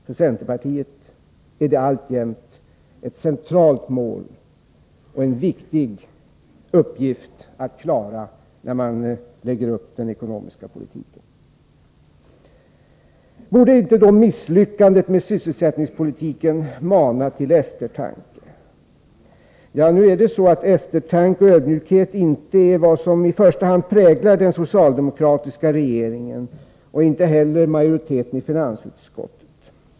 För centerpartiet är det alltjämt ett centralt mål och en viktig uppgift att klara när man lägger upp den ekonomiska politiken. Borde då inte misslyckandet med sysselsättningspolitiken mana till eftertanke? Nu är eftertanke och ödmjukhet inte det som i första hand präglar den socialdemokratiska regeringen och inte heller majoriteten i finansutskottet.